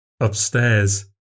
upstairs